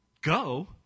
go